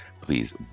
please